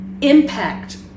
impact